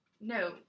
No